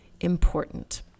important